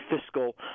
fiscal